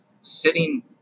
sitting